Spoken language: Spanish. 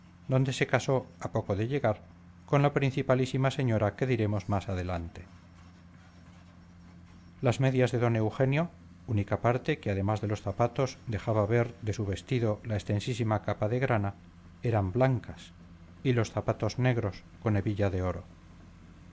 donde se casó a poco de llegar con la principalísima señora que diremos más adelante las medias de don eugenio única parte que además de los zapatos dejaba ver de su vestido la extensísima capa de grana eran blancas y los zapatos negros con hebilla de oro